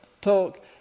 talk